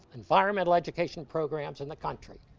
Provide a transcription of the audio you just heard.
environmental education programs in the country.